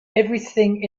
everything